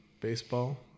baseball